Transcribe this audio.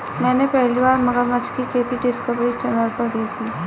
मैंने पहली बार मगरमच्छ की खेती डिस्कवरी चैनल पर देखी